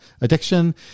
addiction